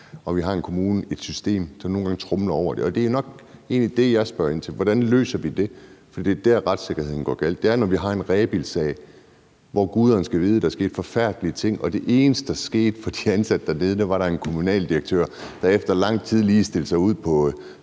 Og vi har et kommunalt system, der nogle gange tromler over folk, og det er nok egentlig det, jeg spørger ind til: Hvordan løser vi det? For det er der, det går galt med retssikkerheden. Det er, når vi har en Rebildsag, hvor guderne skal vide der skete forfærdelige ting, og det eneste, der skete for de her ansatte dernede, var, at der var en kommunaldirektør, der efter lang tid lige stillede op